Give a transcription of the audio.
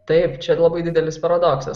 taip čia labai didelis paradoksas